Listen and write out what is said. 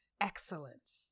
excellence